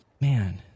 man